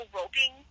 roping